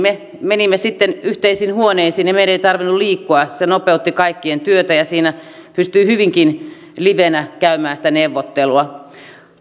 sitten omaan huoneeseen ja meidän ei tarvinnut liikkua se nopeutti kaikkien työtä ja siinä pystyi hyvinkin livenä käymään sitä neuvottelua